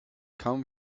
come